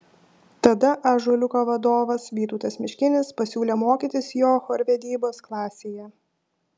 tada ąžuoliuko vadovas vytautas miškinis pasiūlė mokytis jo chorvedybos klasėje